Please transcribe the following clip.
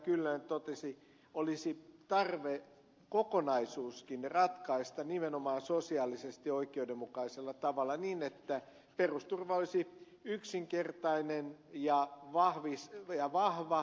kyllönen totesi olisi tarve kokonaisuuskin ratkaista nimenomaan sosiaalisesti oikeudenmukaisella tavalla niin että perusturva olisi yksinkertainen ja vahva rakenteeltaan